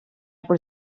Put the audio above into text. por